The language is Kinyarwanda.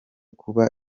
kuba